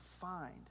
find